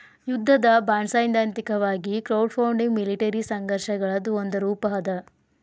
ಯುದ್ಧದ ಬಾಂಡ್ಸೈದ್ಧಾಂತಿಕವಾಗಿ crowdfunding military ಸಂಘರ್ಷಗಳದ್ ಒಂದ ರೂಪಾ ಅದ